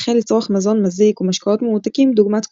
החל לצרוך מזון מזיק ומשקאות ממותקים דוגמת קוקה-קולה.